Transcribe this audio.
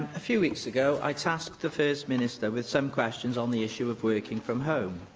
a few weeks ago, i tasked the first minister with some questions on the issue of working from home.